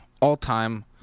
all-time